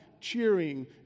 cheering